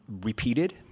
repeated